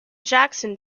jackson